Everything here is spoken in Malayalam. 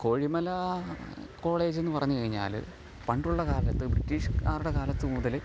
കോഴിമല കോളേജെന്ന് പറഞ്ഞു കഴിഞ്ഞാൽ പണ്ടുള്ള കാലത്ത് ബ്രിട്ടീഷുകാരുടെ കാലത്ത് മുതൽ